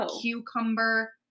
cucumber